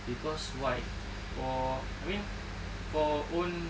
cause why for I mean for own